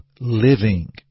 living